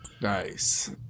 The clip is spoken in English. Nice